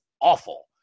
awful